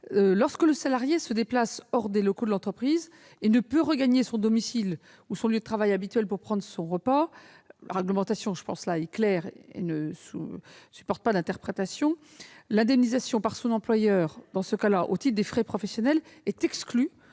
Lorsque le salarié se déplace hors des locaux de l'entreprise et ne peut regagner son domicile ou son lieu de travail habituel pour prendre son repas, la réglementation est très claire et ne supporte pas d'interprétation : l'indemnisation par son employeur au titre des frais professionnels est exclue